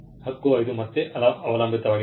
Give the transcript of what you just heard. ಹಕ್ಕು 5 ಮತ್ತೆ ಅವಲಂಬಿತವಾಗಿದೆ